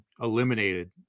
eliminated